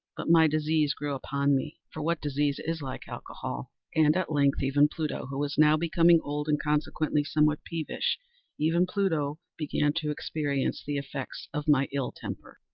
but my disease grew upon me for what disease is like alcohol and at length even pluto, who was now becoming old, and consequently somewhat peevish even pluto began to experience the effects of my ill temper.